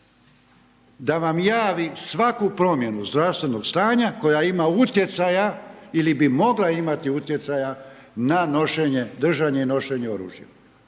da vam javi svaku promjenu zdravstvenog stanja koja ima utjecaja ili bi mogla imati utjecaja na nošenje, držanje i nošenje oružja.